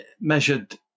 measured